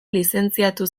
lizentziatu